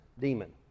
demon